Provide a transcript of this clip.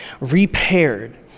repaired